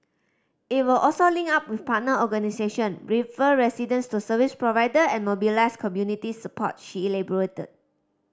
it would also link up with partner organisation refer residents to service provider and mobilise community support she elaborated